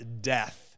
death